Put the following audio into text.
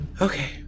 Okay